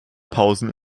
pausen